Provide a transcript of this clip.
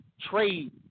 trade –